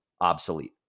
obsolete